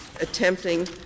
attempting